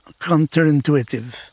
counterintuitive